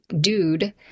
dude